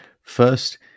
First